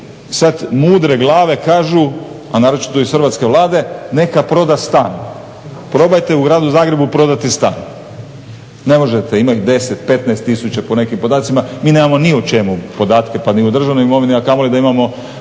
sada mudre glave kažu, a naročito ih hrvatske Vlade, neka proda stan. Probajte u gradu Zagrebu prodati stan. Ne možete, ima ih 10, 15 tisuća ponekim podacima, mi nemamo ni o čemu podatke pa i o državnoj imovini, a kamoli da imamo